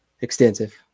extensive